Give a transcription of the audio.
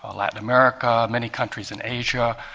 ah latin america, many countries in asia,